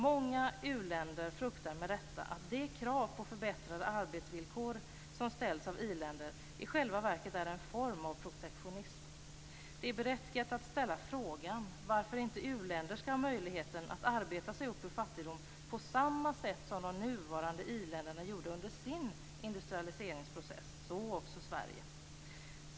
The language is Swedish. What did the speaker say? Många u-länder fruktar med detta att de krav på förbättrade arbetsvillkor som ställs av i-länder i själva verket är en form av protektionism. Det är berättigat att fråga varför inte uländer skall ha möjligheten att arbeta sig upp ur fattigdom på samma sätt som de nuvarande i-länderna gjorde under sin industrialiseringsprocess - så också Sverige.